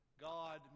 God